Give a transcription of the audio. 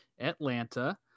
atlanta